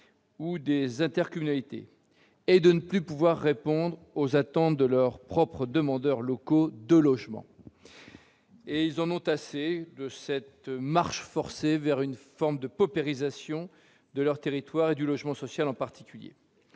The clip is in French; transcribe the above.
ou des intercommunalités et de ne plus pouvoir répondre aux attentes des demandeurs locaux de logements. Ils en ont assez de cette marche forcée vers une forme de paupérisation de leur territoire, en particulier